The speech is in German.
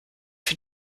für